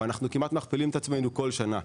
ואנחנו כמעט מכפילים את עצמנו בכל שנה.